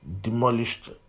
demolished